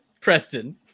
Preston